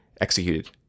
executed